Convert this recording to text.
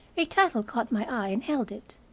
a title caught my eye and held it,